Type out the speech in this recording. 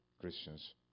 Christians